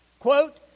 quote